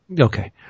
okay